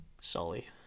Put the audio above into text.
Sully